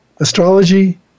astrology